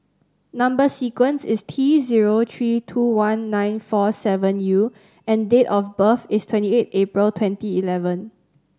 number sequence is T zero three two one nine four seven U and date of birth is twenty eight April twenty eleven